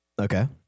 Okay